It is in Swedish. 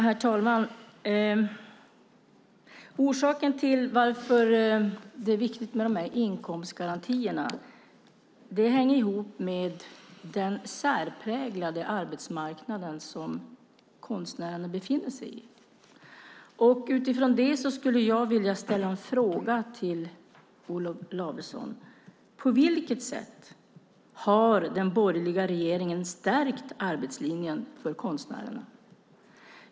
Herr talman! Orsaken till att det är viktigt med inkomstgarantierna hänger ihop med den särpräglade arbetsmarknad som konstnärerna befinner sig på. Utifrån det skulle jag vilja ställa en fråga till Olof Lavesson: På vilket sätt har den borgerliga regeringen stärkt arbetslinjen för konstnärerna?